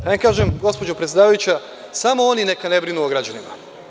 Da ne kažem, gospođo predsedavajuća, samo oni neka ne brinu o građanima.